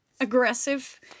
aggressive